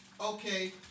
okay